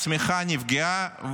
הצמיחה נפגעה,